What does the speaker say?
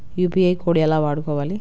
UPI code ఎలా వాడుకోవాలి?